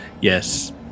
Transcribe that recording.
Yes